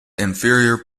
inferior